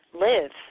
live